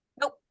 Nope